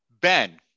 Ben